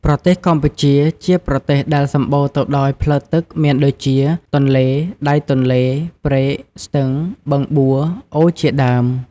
ប្រទេសកម្ពុជា ជាប្រទេសដែលសម្បូរទៅដោយផ្លូវទឹកមានដូចជា ទន្លេ ដៃទន្លេ ព្រែក ស្ទឹង បឹងបួរ អូរជាដើម។